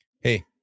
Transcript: Hey